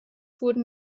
wurden